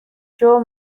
joe